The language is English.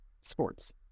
sports